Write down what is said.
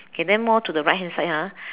okay then more to the right hand side ah